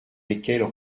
lesquels